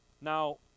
Now